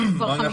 אנחנו